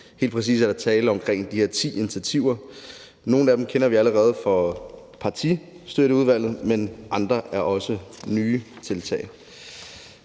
Helt præcis er der tale om de her ti initiativer. Nogle af dem kender vi allerede fra Partistøtteudvalget, men andre er nye tiltag.